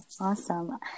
awesome